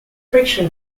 friction